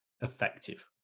effective